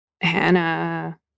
Hannah